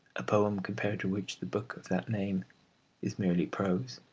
a poem compared to which the book of that name is merely prose.